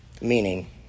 meaning